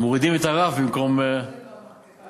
מורידים את הרף במקום, זו מהפכה